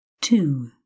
two